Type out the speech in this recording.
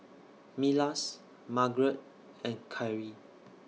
Milas Margarett and Khiry